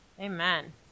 Amen